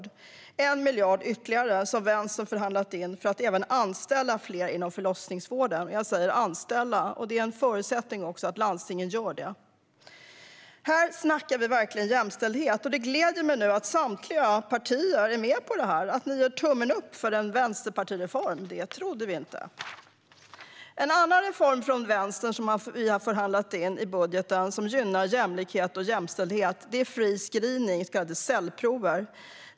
Det är 1 miljard ytterligare som Vänstern har förhandlat fram för att man ska anställa fler inom förlossningsvården. Jag säger "anställa". Det är en förutsättning att landstingen gör det. Här snackar vi verkligen jämställdhet. Det gläder mig att samtliga partier nu är med på detta. Ni gör tummen upp för en vänsterpartireform. Det trodde vi inte. En annan reform som vi i Vänstern har förhandlat fram i budgeten, som gynnar jämlikhet och jämställdhet, är fri screening när det gäller så kallad cellprovtagning.